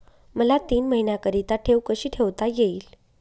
मला तीन महिन्याकरिता ठेव कशी ठेवता येईल?